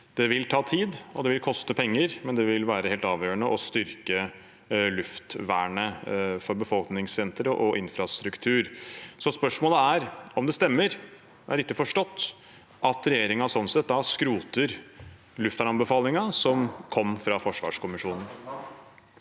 Det vil ta tid, og det vil koste penger, men det vil være helt avgjørende å styrke luftvernet for befolkningssentre og infrastruktur. Spørsmålet er om det er riktig forstått at regjeringen sånn sett skroter luftvernanbefalingen som kom fra forsvarskommisjonen.